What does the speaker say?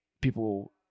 people